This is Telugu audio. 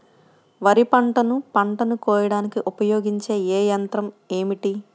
వరిపంటను పంటను కోయడానికి ఉపయోగించే ఏ యంత్రం ఏమిటి?